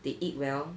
they eat well